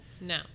No